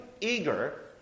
eager